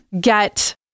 get